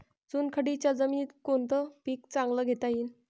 चुनखडीच्या जमीनीत कोनतं पीक चांगलं घेता येईन?